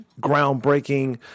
groundbreaking